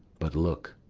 but, look,